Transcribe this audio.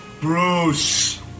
Bruce